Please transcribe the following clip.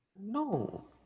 No